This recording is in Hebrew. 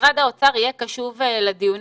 שמשרד האוצר יהיה קשוב לדיונים,